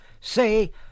say